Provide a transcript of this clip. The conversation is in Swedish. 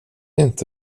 inte